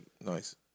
Nice